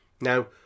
Now